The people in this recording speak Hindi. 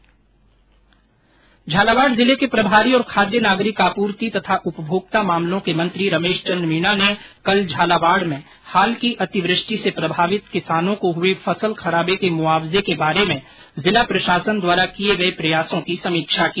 झालावाड़ जिले के प्रभारी और खाद्य नागरिक आपूर्ति तथा उपभोक्ता मामलों के मंत्री रमेश चंद मीणा ने कल झालावाड़ में हाल की अतिवृष्टि से प्रभावित किसानों को हुए फसल खराबे के मुआवजे के बारे में जिला प्रशासन द्वारा किए गए प्रयासों की समीक्षा की